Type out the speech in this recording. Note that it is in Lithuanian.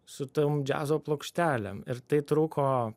su tom džiazo plokštelėm ir tai truko